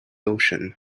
ocean